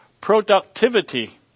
productivity